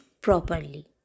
properly